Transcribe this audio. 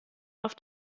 auf